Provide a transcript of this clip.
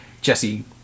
Jesse